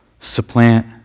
supplant